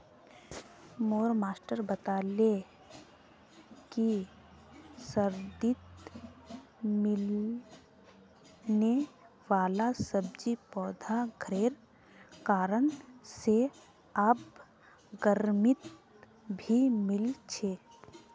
मोर मास्टर बता छीले कि सर्दित मिलने वाला सब्जि पौधा घरेर कारण से आब गर्मित भी मिल छे